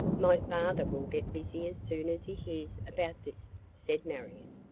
my father will get busy as soon as he hears about this, said marion.